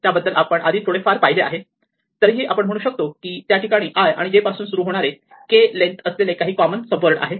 त्याबद्दल आपण आधी थोडेफार पाहिले आहे तरीही आपण म्हणू शकतो की त्या ठिकाणी i आणि j पासून सुरु होणारे k लेन्थ असलेले काही कॉमन सब वर्ड आहेत